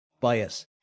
bias